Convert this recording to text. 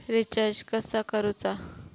Recharge कसा करूचा?